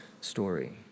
story